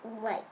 White